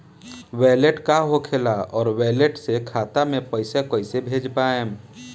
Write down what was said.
Wallet का होखेला और वैलेट से खाता मे पईसा कइसे भेज पाएम?